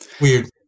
Weird